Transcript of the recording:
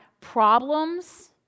problems